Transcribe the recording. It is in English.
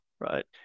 right